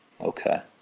Okay